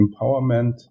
empowerment